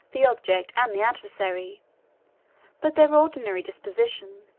the object, and the adversary but their ordinary disposition,